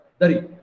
Dari